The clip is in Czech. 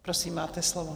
Prosím, máte slovo.